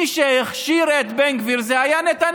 מי שהכשיר את בן גביר היה נתניהו.